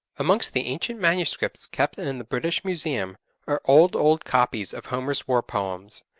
amongst the ancient manuscripts kept in the british museum are old old copies of homer's war poems,